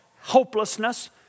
hopelessness